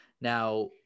Now